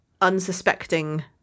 unsuspecting